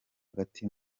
gati